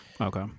Okay